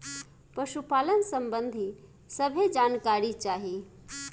पशुपालन सबंधी सभे जानकारी चाही?